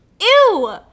Ew